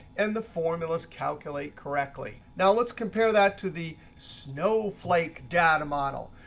and the formulas calculate correctly. now let's compare that to the snow flake data model.